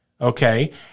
Okay